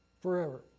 forever